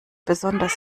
besonders